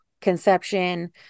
conception